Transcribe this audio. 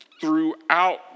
throughout